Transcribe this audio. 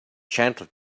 gentle